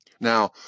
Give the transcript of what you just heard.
Now